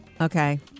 okay